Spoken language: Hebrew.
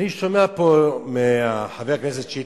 אני שומע פה מחבר הכנסת שטרית,